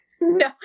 No